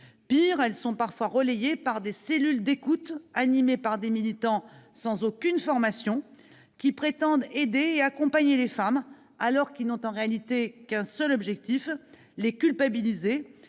Pis, elles sont parfois relayées par des cellules d'écoute animées par des militants sans aucune formation, qui prétendent aider et accompagner les femmes, alors qu'ils n'ont en réalité qu'un objectif : culpabiliser